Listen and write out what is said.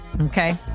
Okay